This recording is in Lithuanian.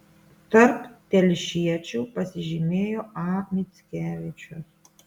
tarp telšiečių pasižymėjo a mickevičius